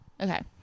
Okay